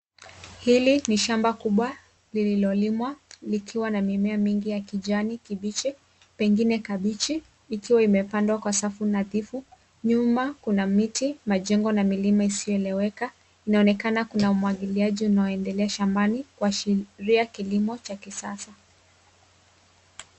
Hili ni shamba kubwa lililolimwa likiwa na mimea mingi ya kijani kibichi ikiwa imepandwa kwa safu nadhifu. Nyuma kuna miti, majengo na milima isiyoeleweka. Inaonekana kuna umwagiliaji unaoendelea shambani kuashiria kilimo cha kisasa.